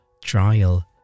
trial